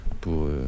pour